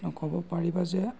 ক'ব পাৰিবা যে